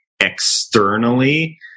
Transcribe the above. Externally